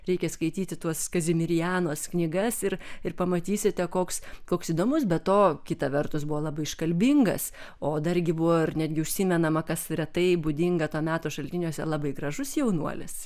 reikia skaityti tuos kazimirjenos knygas ir ir pamatysite koks koks įdomus be to kita vertus buvo labai iškalbingas o dargi buvo ar netgi užsimenama kas retai būdinga to meto šaltiniuose labai gražus jaunuolis